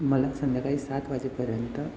मला संध्याकाळी सात वाजेपर्यंत